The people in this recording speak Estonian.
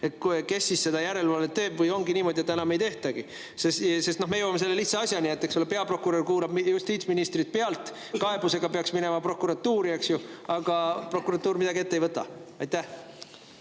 on? Kes siis seda järelevalvet teeb? Või ongi niimoodi, et enam ei tehtagi? Sest me jõuame selle lihtsa asjani, eks ole, et peaprokurör kuulab justiitsministrit pealt. Kaebusega peaks minema prokuratuuri, eks ju, aga prokuratuur midagi ette ei võta. Aitäh!